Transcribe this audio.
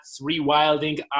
rewilding